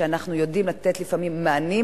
שאנחנו יודעים לתת לפעמים מענים,